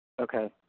Okay